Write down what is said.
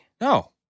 No